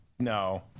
No